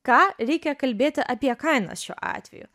ką reikia kalbėti apie kainas šiuo atveju